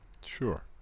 sure